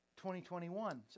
2021